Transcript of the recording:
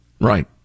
Right